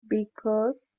because